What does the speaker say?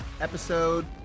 episode